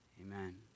Amen